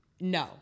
no